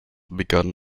begann